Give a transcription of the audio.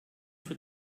für